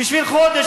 בשביל חודש,